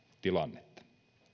tilannetta